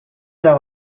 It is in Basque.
era